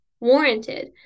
warranted